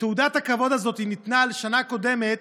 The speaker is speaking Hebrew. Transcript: תעודת הכבוד הזאת ניתנה על שנה קודמת,